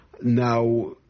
Now